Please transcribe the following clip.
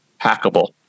hackable